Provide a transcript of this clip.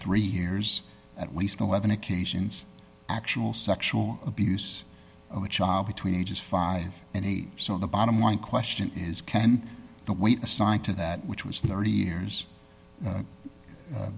three years at least eleven occasions actual sexual abuse of a child between ages five and eight so the bottom line question is can the weight assigned to that which was thirty years